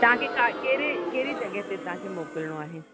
तव्हांखे का कहिड़े कहिड़ी जॻह ते तव्हांखे मोकिलिणो आहे